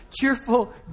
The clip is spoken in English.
cheerful